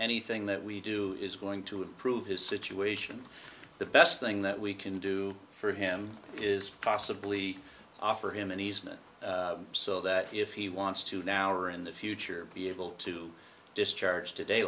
anything that we do is going to improve his situation the best thing that we can do for him is possibly offer him an easement so that if he wants to now or in the future be able to discharge today